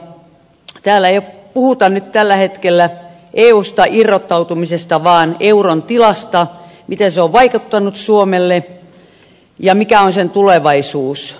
täällä ei puhuta nyt tällä hetkellä eusta irrottautumisesta vaan euron tilasta miten se on vaikuttanut suomeen ja mikä on sen tulevaisuus